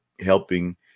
helping